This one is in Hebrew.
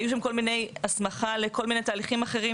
הייתה שם הסמכה לכל מיני תהליכים אחרים